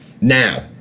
Now